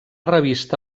revista